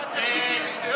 רק רציתי,